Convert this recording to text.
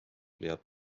leiab